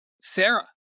Sarah